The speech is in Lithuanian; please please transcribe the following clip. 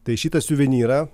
tai šitą suvenyrą